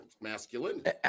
masculinity